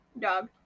dog